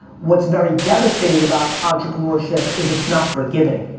what's very devastating about entrepreneurship is it's not forgiving.